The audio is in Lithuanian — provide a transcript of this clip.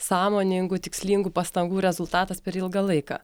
sąmoningų tikslingų pastangų rezultatas per ilgą laiką